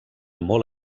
molt